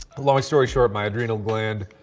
long story short, my addrenal gland.